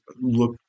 look